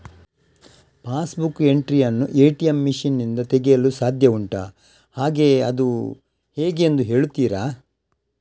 Pass book entry ಯನ್ನು ATM machine ನಿಂದ ತೆಗೆಯಲು ಸಾಧ್ಯ ಉಂಟಾ ಹಾಗೆ ಅದು ಹೇಗೆ ಎಂದು ಹೇಳುತ್ತೀರಾ?